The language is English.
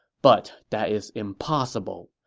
but that is impossible.